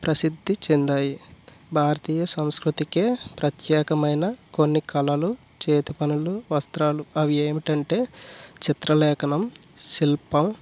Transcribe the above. ప్రసిద్ధి చెందాయి భారతీయ సంస్కృతికే ప్రత్యేకమైన కొన్ని కళలు చేతి పనులు వస్త్రాలు అవి ఏమిటంటే చిత్రలేఖనం శిల్పం